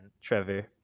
Trevor